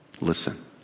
Listen